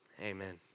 Amen